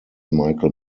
michael